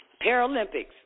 Paralympics